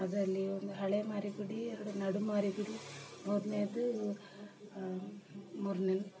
ಅದಲ್ಲಿ ಒಂದು ಹಳೆ ಮಾರಿಗುಡಿ ಎರಡು ನಡು ಮಾರಿಗುಡಿ ಮೂರನೆದ್ದು ಮೂರನೆ